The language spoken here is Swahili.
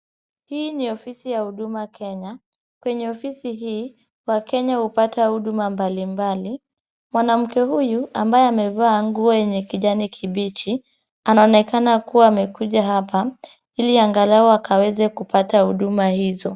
Hii ni Ofisi ya Huduma Kenya. Kwenye Ofisi hoi, wakenya hupata huduma mbalimbali. Mwanamke buyu ambaye amevaa nguo yenye kijani kibichi, anaonekana amekuja hapa, ili angalau akaweze kupata huduma hizo.